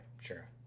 Sure